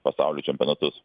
pasaulio čempionatus